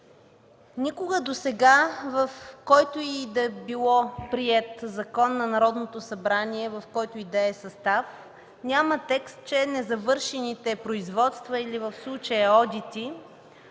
Никога досега, в който и да било приет закон на Народното събрание, в който и да е състав, няма текст, че незавършените производства, или в случая одити,